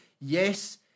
yes